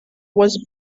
was